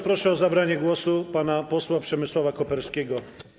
Proszę o zabranie głosu pana posła Przemysława Koperskiego.